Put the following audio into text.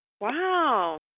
Wow